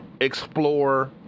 explore